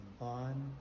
On